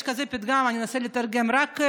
יש פתגם כזה,